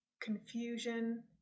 confusion